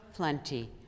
Plenty